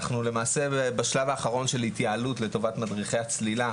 אנחנו למעשה בשלב האחרון של התייעלות לטובת מדרכי הצלילה.